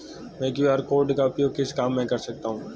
मैं QR code का उपयोग किस काम में कर सकता हूं?